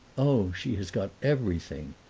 oh, she has got everything!